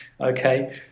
okay